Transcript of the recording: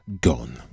gone